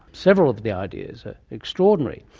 several of the ideas are extraordinary,